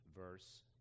verse